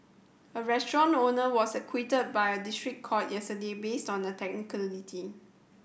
a restaurant owner was acquitted by a district court yesterday based on a technicality